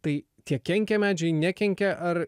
tai tie kenkia medžiui nekenkia ar